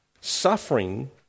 Suffering